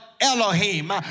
Elohim